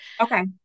Okay